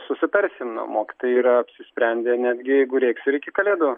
susitarsim na mokytojai yra apsisprendę netgi jeigu reiks ir iki kalėdų